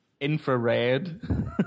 infrared